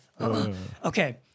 Okay